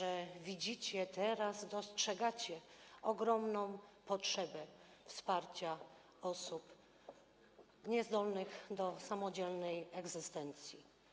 Teraz widzicie, dostrzegacie ogromną potrzebę wsparcia osób niezdolnych do samodzielnej egzystencji.